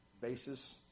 basis